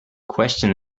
question